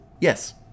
Yes